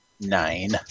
Nine